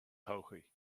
todhchaí